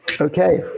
Okay